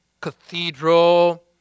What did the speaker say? Cathedral